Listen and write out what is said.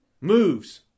Moves